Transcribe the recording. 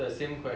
I think